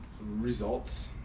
Results